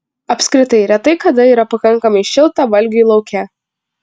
apskritai retai kada yra pakankamai šilta valgiui lauke